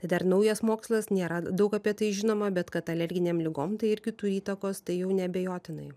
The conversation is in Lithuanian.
tai dar naujas mokslas nėra daug apie tai žinoma bet kad alerginėm ligom tai irgi turi įtakos tai jau neabejotinai